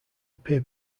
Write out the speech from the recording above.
appear